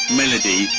melody